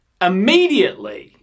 immediately